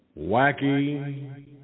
Wacky